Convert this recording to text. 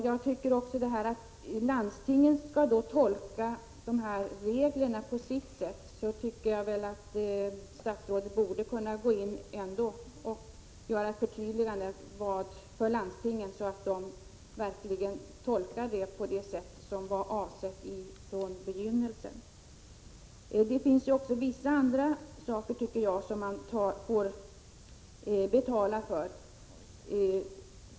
Jag tycker att statsrådet borde kunna göra ett förtydligande för landstingen, så att de verkligen tolkar reglerna på det sätt som var avsett från begynnelsen. Det finns även andra hjälpmedel som man får betala för.